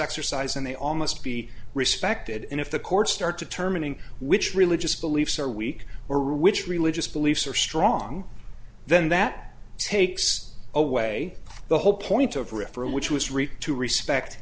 exercise and they all must be respected and if the courts start to terminate which religious beliefs are weak or which religious beliefs are strong then that takes away the whole point of referral which was read to respect